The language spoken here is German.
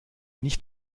nicht